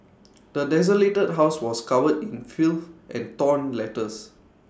the desolated house was covered in filth and torn letters